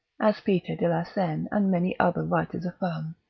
as peter de la seine and many other writers affirm,